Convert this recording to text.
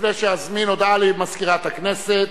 לפני שאזמין, הודעה למזכירת הכנסת.